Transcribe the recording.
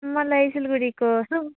मलाई सिलगढीको सुम